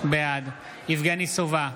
בעד יבגני סובה,